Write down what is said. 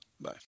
Bye